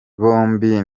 bombi